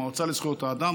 והמועצה לזכויות אדם,